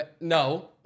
No